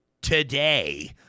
today